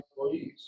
employees